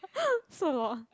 so long